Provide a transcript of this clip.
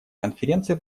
конференция